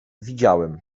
widziałem